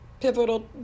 pivotal